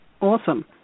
Awesome